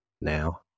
now